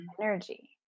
energy